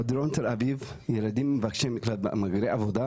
בדרום תל אביב ילדים מבקשי מקלט ומהגרי עבודה,